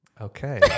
Okay